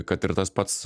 kad ir tas pats